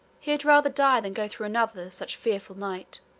he had rather die than go through another such fearful night,